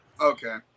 Okay